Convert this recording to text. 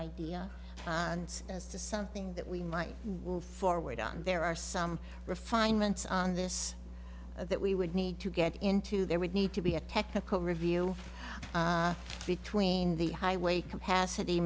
idea as to something that we might move forward on there are some refinements on this that we would need to get into there would need to be a technical review between the highway capacity